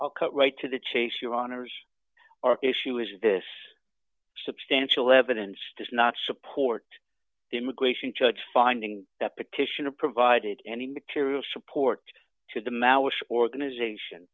or right to the chase your honour's or issue is this substantial evidence does not support the immigration judge finding that petition and provided any material support to the maoists organization